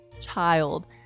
child